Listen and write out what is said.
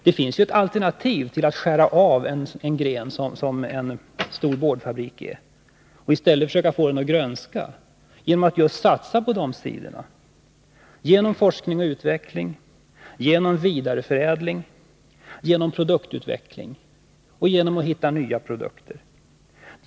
Det finns ett alternativ till planen att skära av den gren som en stor boardfabrik utgör och i stället försöka få den att grönska genom att satsa på forskning och utveckling, vidareförädling och produktutveckling och genom att hitta nya produkter.